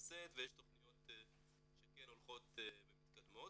נעשית ויש תכניות שכן הולכות ומתקדמות.